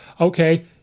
Okay